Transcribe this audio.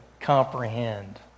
comprehend